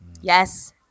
Yes